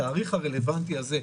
התאריך הרלוונטי הזה,